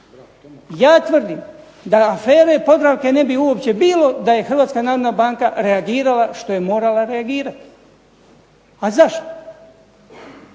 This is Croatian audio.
Ja tvrdim da afere Podravke ne bi uopće bilo da je Hrvatska narodna banka reagirala što je morala reagirati. A zašto?